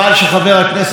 לא אתמול,